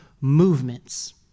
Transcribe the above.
movements